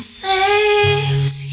saves